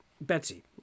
Betsy